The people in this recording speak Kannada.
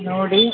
ನೋಡಿ